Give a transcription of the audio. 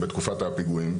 בתקופת הפיגועים.